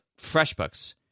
FreshBooks